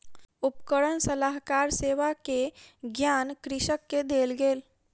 उपकरण सलाहकार सेवा के ज्ञान कृषक के देल गेल